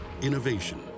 Innovation